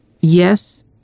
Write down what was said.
Yes